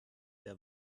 der